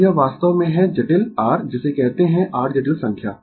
तो यह वास्तव में है जटिल r जिसे कहते है r जटिल संख्या